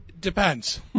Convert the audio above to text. Depends